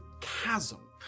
chasm